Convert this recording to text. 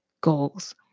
goals